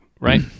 right